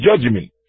judgment